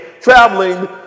traveling